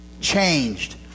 changed